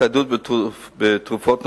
הצטיידות בתרופות נוספות,